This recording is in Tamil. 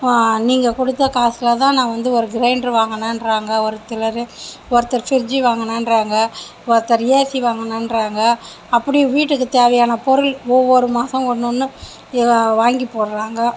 நீங்கள் கொடுத்த காசில் தான் நான் வந்து ஒரு கிரைண்டரு வாங்குனேன்றாங்க ஒரு சிலர் ஒருத்தர் ஃபிரிட்ஜு வாங்குனேன்றாங்க ஒருத்தர் ஏசி வாங்குனேன்றாங்க அப்படி வீட்டுக்கு தேவையான பொருள் ஒவ்வொரு மாதம் ஒன்னொன்னு வாங்கி போடுறாங்க